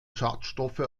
schadstoffe